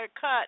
cut